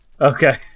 Okay